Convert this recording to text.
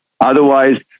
Otherwise